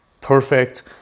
perfect